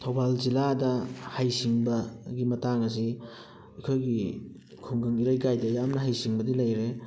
ꯊꯧꯕꯥꯜ ꯖꯤꯜꯂꯥꯗ ꯍꯩꯁꯤꯡꯕꯒꯤ ꯃꯇꯥꯡ ꯑꯁꯤ ꯑꯩꯈꯣꯏꯒꯤ ꯈꯨꯡꯒꯪ ꯏꯔꯩꯀꯥꯏꯗ ꯌꯥꯝꯅ ꯍꯩꯁꯤꯡꯕꯗꯤ ꯂꯩꯔꯦ